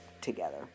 together